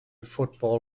football